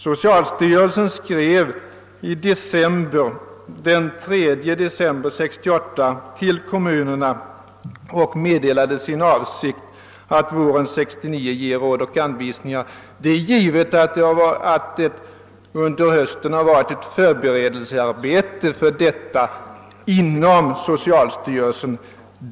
Socialstyrelsen skrev den 3 december 1968 till kommunerna och meddelade sin avsikt att våren 1969 utfärda råd och anvisningar. Det är givet att det under hösten har pågått ett förberedelsearbete inom «socialstyrelsen.